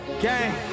gang